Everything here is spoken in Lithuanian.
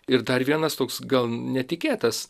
ir dar vienas toks gal netikėtas